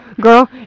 girl